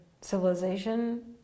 civilization